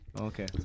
okay